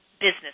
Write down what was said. business